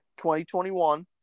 2021